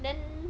then